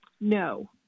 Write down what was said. No